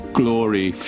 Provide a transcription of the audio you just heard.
glory